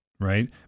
right